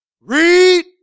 Read